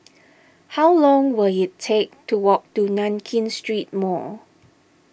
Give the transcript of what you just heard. how long will it take to walk to Nankin Street Mall